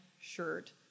shirt